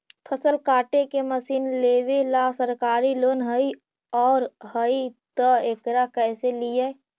फसल काटे के मशीन लेबेला सरकारी लोन हई और हई त एकरा कैसे लियै?